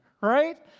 right